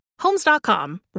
Homes.com